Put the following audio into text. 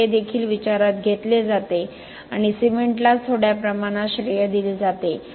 तर हे देखील विचारात घेतले जाते आणि सिमेंटलाच थोड्या प्रमाणात श्रेय दिले जाते